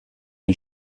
den